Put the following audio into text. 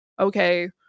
okay